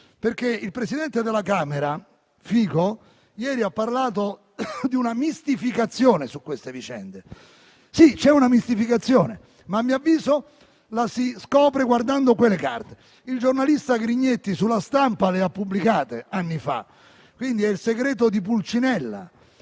il presidente della Camera dei deputati, Roberto Fico, ha parlato di una mistificazione su queste vicende. Sì, c'è una mistificazione, ma a mio avviso la si scopre guardando quelle carte. Il giornalista Grignetti, su «La Stampa» le ha pubblicate anni fa, quindi è il segreto di Pulcinella.